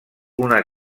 una